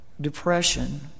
depression